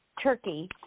turkey